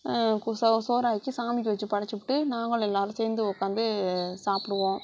சோறாக்கி சாமிக்கு வச்சு படைச்சிபுட்டு நாங்களும் எல்லாரும் சேர்ந்து உக்கார்ந்து சாப்பிடுவோம்